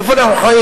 איפה אנחנו חיים?